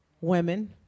Women